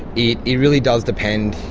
it it really does depend,